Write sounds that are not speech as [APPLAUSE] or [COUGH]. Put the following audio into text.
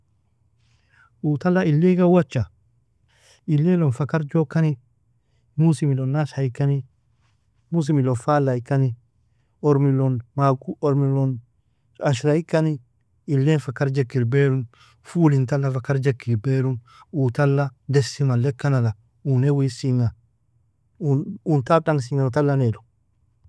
Uu tala illeg awacha, ille lon fakarjo kani musimi lon najha ikani, musimi lon fala ikani, ormmi lon maaku [UNINTELLIGIBLE] ormmi lon ashra ikani ille fa karjak ilberu, fulin tala fakarjak ilberu, uu tala desi maleka nala, un ewisinga, un tabdangisinga tala niru.